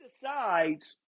decides